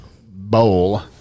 bowl